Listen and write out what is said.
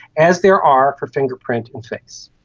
as there are for fingerprint and face.